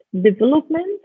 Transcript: development